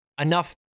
enough